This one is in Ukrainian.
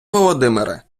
володимире